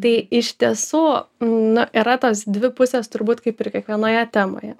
tai iš tiesų nu yra tos dvi pusės turbūt kaip ir kiekvienoje temoje